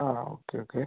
ആ okay okay